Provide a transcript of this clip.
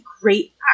great